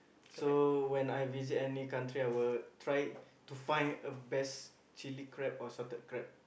so when I visit any country I will try to find a best chilli crab or salted crab